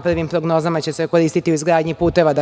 prvim prognozama će se koristiti u izgradnji puteva